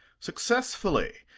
successfully,